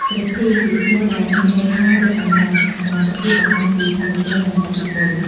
រិទ្ធីជាឈ្មោះដែល មានន័យថាឫទ្ធិអំណាច សមត្ថភាព បង្ហាញពីថាមពលនិងឥទ្ធិពល។